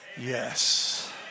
Yes